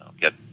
get